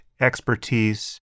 expertise